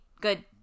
good